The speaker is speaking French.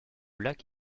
lac